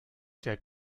der